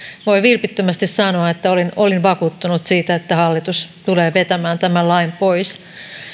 voin vilpittömästi sanoa että olin olin vakuuttunut siitä että hallitus tulee vetämään tämän lain pois